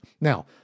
Now